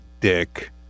dick